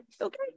okay